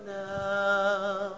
now